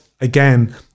again